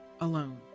alone